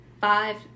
Five